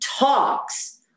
talks